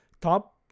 top